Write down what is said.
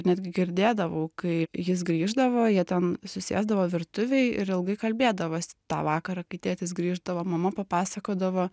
netgi girdėdavau kai jis grįždavo jie ten susėsdavo virtuvėj ir ilgai kalbėdavosi tą vakarą kai tėtis grįždavo mama papasakodavo